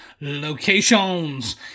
locations